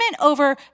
over